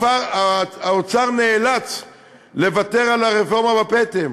האוצר נאלץ לוותר על הרפורמה בפטם,